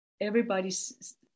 everybody's